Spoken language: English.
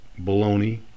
baloney